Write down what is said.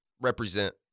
represent